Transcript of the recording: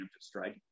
strike